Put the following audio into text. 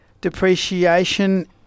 depreciation